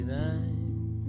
Thine